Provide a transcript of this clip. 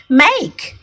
make